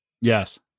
Yes